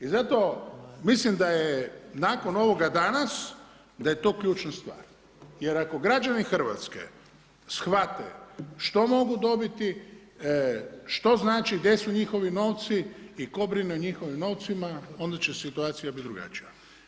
I zato, mislim da je nakon ovoga danas, da je to ključna stvar, jer ako građani Hrvatske shvate što mogu dobiti, što znači, gdje su njihovi novci i tko brine o njihovim novcima onda će situacija biti drugačija.